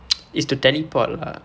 is to teleport lah